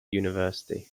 university